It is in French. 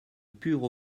pure